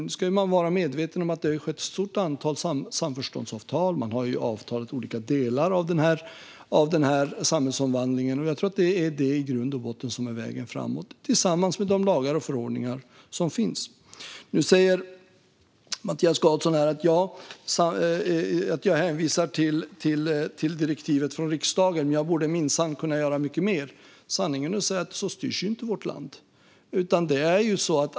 Men man ska vara medveten om att det har ingåtts ett stort antal samförståndsavtal. Man har avtalat om olika delar av den här samhällsomvandlingen. Jag tror att det i grund och botten är det som är vägen framåt, tillsammans med de lagar och förordningar som finns. Mattias Karlsson säger att jag hänvisar till direktivet från riksdagen men minsann borde kunna göra mycket mer. Sanningen att säga styrs inte vårt land så.